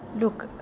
look,